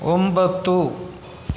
ಒಂಬತ್ತು